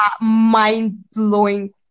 mind-blowing